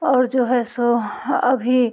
और जो है सो ह अभी